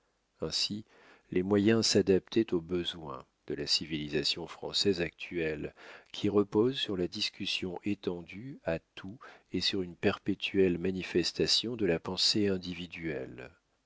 ainsi les moyens s'adaptaient aux besoins de la civilisation française actuelle qui repose sur la discussion étendue à tout et sur une perpétuelle manifestation de la pensée individuelle